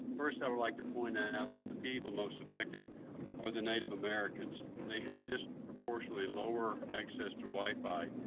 first, i would like to point out that the people most affected are the native americans. they have disproportionately lower access to wi-fi,